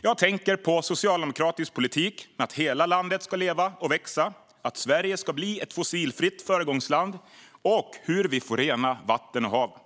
Jag tänker på socialdemokratisk politik om att hela landet ska leva och växa, att Sverige ska bli ett fossilfritt föregångsland och hur vi får rena vatten och hav.